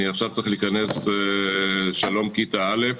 אני צריך עכשיו שלום כיתה א',